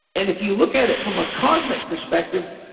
and if you look at it from a cosmic perspective,